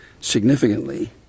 significantly